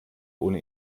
ohne